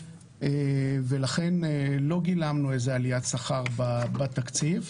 ולכן לא גילמנו עליית שכר בתקציב.